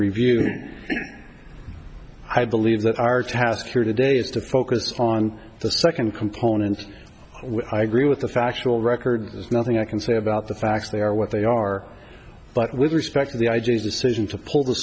review i believe that our task here today is to focus on the second component which i agree with the factual record is nothing i can say about the facts they are what they are but with respect to the i g decision to pull the